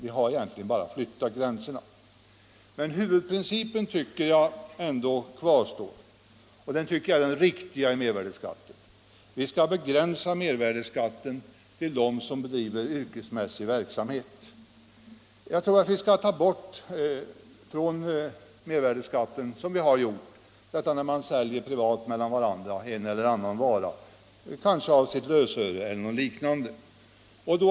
Men huvudprincipen för mervärdeskatten kvarstår ändå, och den tycker jag är den riktiga: vi skall begränsa mervärdeskatten till att gälla dem som bedriver yrkesmässig verksamhet. Jag tror att vi skall undanta från mervärdeskatten, vilket vi också har gjort, privat försäljning människor emellan av en eller annan vara, exempelvis av det egna lösöret.